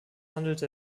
handelte